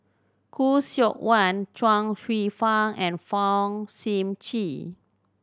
Khoo Seok Wan Chuang Hsueh Fang and Fong Sip Chee